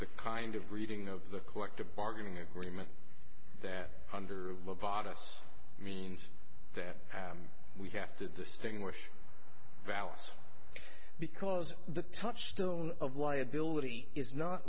the kind of greeting of the collective bargaining agreement that under the potus means that we have to distinguish values because the touchstone of liability is not